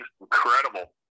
incredible